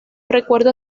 recuerda